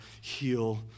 heal